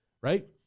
right